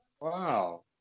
Wow